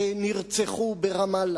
שנרצחו ברמאללה,